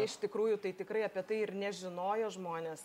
iš tikrųjų tai tikrai apie tai ir nežinojo žmonės